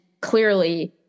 clearly